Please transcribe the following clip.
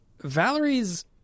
Valerie's